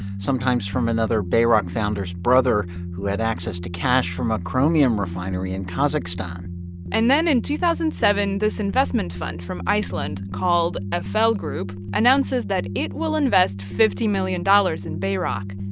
sometimes from another bayrock founder's brother who had access to cash from a chromium refinery in kazakhstan and then in two thousand and seven, this investment fund from iceland called a fl group announces that it will invest fifty million dollars in bayrock.